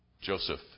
Joseph